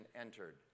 entered